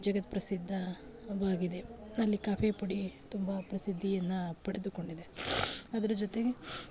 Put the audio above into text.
ಜಗತ್ಪ್ರಸಿದ್ಧವಾಗಿದೆ ಅಲ್ಲಿ ಕಾಫಿ ಪುಡಿ ತುಂಬ ಪ್ರಸಿದ್ಧಿಯನ್ನು ಪಡೆದುಕೊಂಡಿದೆ ಅದರ ಜೊತೆಗೆ